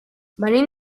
venim